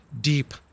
deep